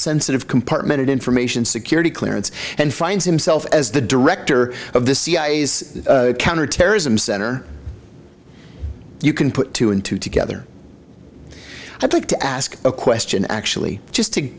sensitive compartmented information security clearance and finds himself as the director of the cia's counterterrorism center you can put two and two together i'd like to ask a question actually just to